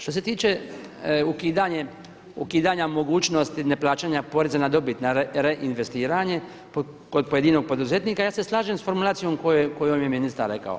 Što se tiče ukidanja mogućnosti neplaćanja poreza na dobit na reinvestiranje kod pojedinog poduzetnika, ja se slažem s formulacijom koju je ministar rekao.